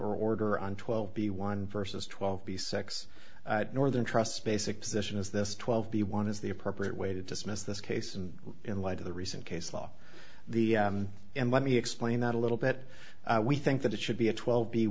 order on twelve b one versus twelve the sex northern trust basic position is this twelve b one is the appropriate way to dismiss this case and in light of the recent case law the and let me explain that a little bit we think that it should be a twelve